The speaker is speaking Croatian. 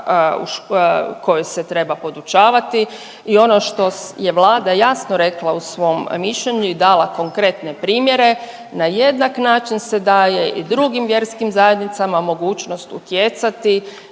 koji se treba podučavati. I ono što je Vlada jasno rekla u svom mišljenju i dala konkretne primjere na jednak način se daje i drugim vjerskim zajednicama mogućnost utjecati